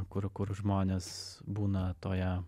kur kur žmonės būna toje